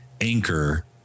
anchor